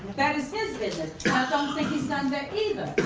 that is his business. i don't think he's done that either.